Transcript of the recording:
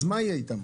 אז מה יהיה איתם?